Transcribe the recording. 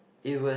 it was